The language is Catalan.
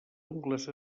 ungles